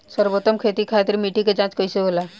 सर्वोत्तम खेती खातिर मिट्टी के जाँच कईसे होला?